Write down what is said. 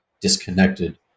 disconnected